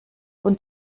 und